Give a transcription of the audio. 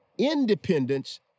independence